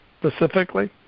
specifically